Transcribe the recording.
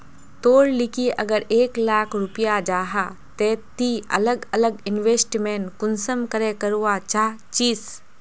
तोर लिकी अगर एक लाख रुपया जाहा ते ती अलग अलग इन्वेस्टमेंट कुंसम करे करवा चाहचिस?